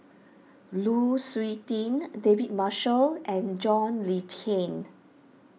Lu Suitin David Marshall and John Le Cain